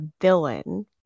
villain